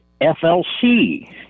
FLC